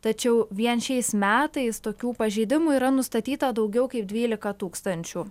tačiau vien šiais metais tokių pažeidimų yra nustatyta daugiau kaip dvylika tūkstančių